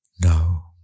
Now